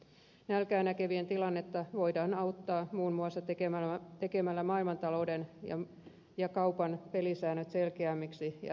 nälkää näkevien tilannetta voidaan auttaa muun muassa tekemällä maailmantalouden ja kaupan pelisäännöt selkeämmiksi ja reilummiksi